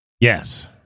Yes